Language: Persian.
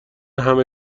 همه